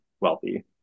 wealthy